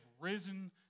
risen